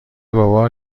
بابا